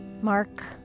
Mark